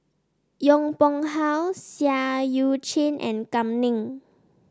Yong Pung How Seah Eu Chin and Kam Ning